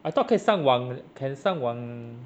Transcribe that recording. I thought 可以上网 li~ can 上网